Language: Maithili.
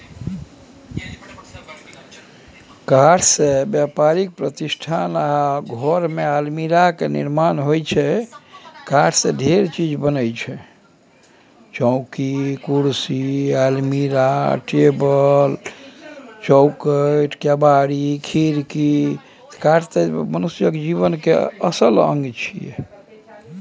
काठसँ बेपारिक प्रतिष्ठान आ घरमे अलमीरा केर निर्माण होइत छै